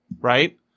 right